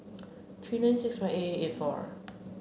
three nine six one eight eight eight four